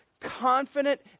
confident